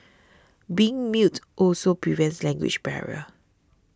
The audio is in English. being mute also prevents language barrier